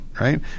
right